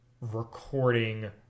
recording